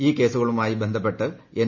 ഈ കേസുകളുമായി ബന്ധപ്പെട്ട് എൻ